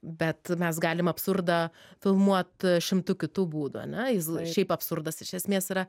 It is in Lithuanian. bet mes galim absurdą filmuot šimtu kitų būdų ane jis šiaip absurdas iš esmės yra